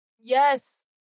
Yes